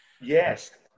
yes